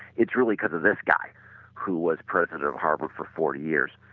it's really kind of this guy who was president of harvard for four years.